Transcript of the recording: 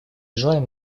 желаем